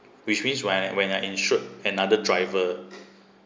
which means when when I insured another driver